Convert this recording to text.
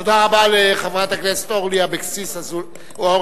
תודה רבה לחברת הכנסת אורלי אבקסיס לוי.